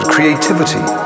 Creativity